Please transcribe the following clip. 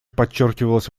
подчеркивалась